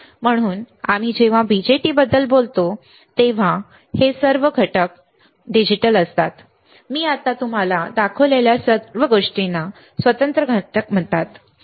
म्हणून जेव्हा आम्ही BJT बद्दल बोलतो तेव्हा हे सर्व डिजिटल घटक असतात मी आतापर्यंत तुम्हाला दाखवलेल्या सर्व गोष्टींना स्वतंत्र घटक म्हणतात ठीक आहे